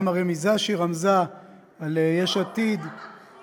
גם הרמיזה שהיא רמזה על יש עתיד, בועז,